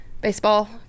baseball